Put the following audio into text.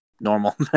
normal